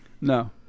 No